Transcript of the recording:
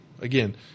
Again